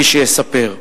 מי שיספר.